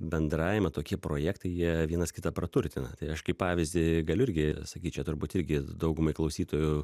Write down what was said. bendravimai tokie projektai jie vienas kitą praturtina tai aš kaip pavyzdį galiu irgi sakyčia turbūt irgi daugumai klausytojų